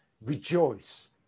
rejoice